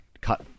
cut